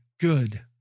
good